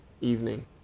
evening